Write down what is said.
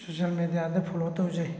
social ꯃꯦꯗꯤꯌꯥꯗ follow ꯇꯧꯖꯩ